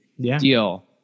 deal